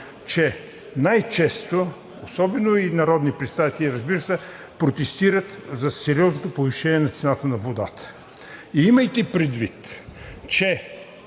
че най-често, разбира се, и народни представители, протестират за сериозното повишение на цената на водата. Имайте предвид, че